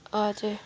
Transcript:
हजुर